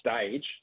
stage